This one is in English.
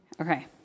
Okay